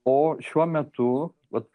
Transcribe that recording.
o šiuo metu vat